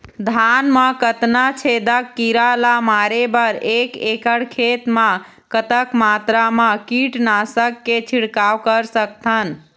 धान मा कतना छेदक कीरा ला मारे बर एक एकड़ खेत मा कतक मात्रा मा कीट नासक के छिड़काव कर सकथन?